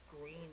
green